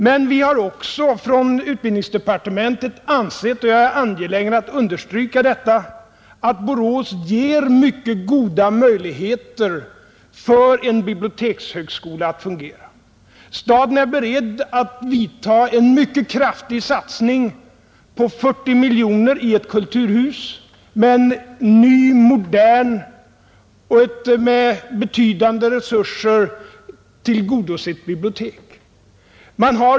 Men vi har också inom utbildningsdepartementet ansett — jag är angelägen att understryka det — att Borås ger mycket goda möjligheter för en bibliotekshögskola att fungera, Staden är beredd att göra en mycket kraftig satsning, på 40 miljoner kronor, i ett kulturhus med ett nytt, modernt och med betydande resurser försett bibliotek.